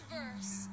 verse